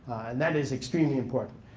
and that is extremely important.